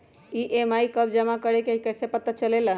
EMI कव जमा करेके हई कैसे पता चलेला?